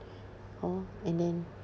oh and then